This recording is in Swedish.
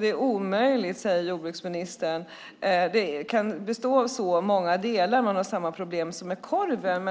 Det är omöjligt, säger jordbruksministern. Det kan bestå av så många delar. Man har samma problem som med korven.